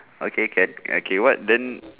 okay can okay what then